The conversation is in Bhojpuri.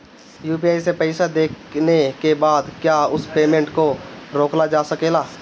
यू.पी.आई से पईसा देने के बाद क्या उस पेमेंट को रोकल जा सकेला?